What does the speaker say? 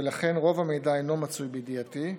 ולכן רוב המידע אינו מצוי בידיעתי,